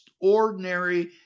ordinary